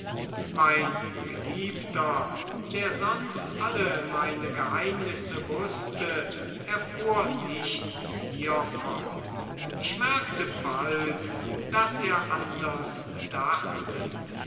mein geliebter der sonst alle meine geheimnisse wußte erfuhr nichts hiervon ich merkte bald daß er anders dachte